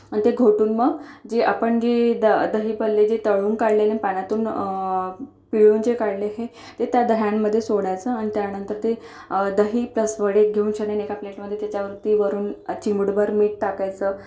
आणि ते घोटून मग जे आपण जे द दहीभल्ले जे तळून काढलेले पाण्यातून पिळून जे काढले हे ते त्या दह्यांमध्ये सोडायचं आणि त्यानंतर ते दही प्लस वडे एका प्लेटमध्ये घेऊन तेच्या वरती वरून चिमूटभर मीठ टाकायचं